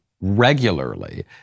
regularly